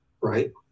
Right